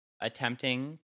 attempting